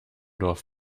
dorf